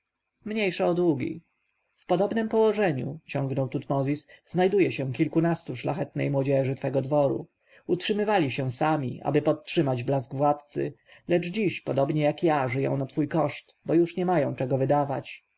mniejsza o długi w podobnem położeniu ciągnął tutmozis znajduje się kilkunastu szlachetnej młodzieży twego dworu utrzymywali się sami aby podtrzymać blask władcy lecz dziś podobnie jak ja żyją na twój koszt bo już nie mają czego wydawać